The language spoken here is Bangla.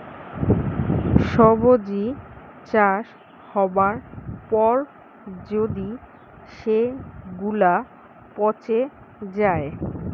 সবজি চাষ হবার পর যদি সেগুলা পচে যায়